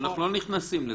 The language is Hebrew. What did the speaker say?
אנחנו לא נכנסים לזה.